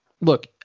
look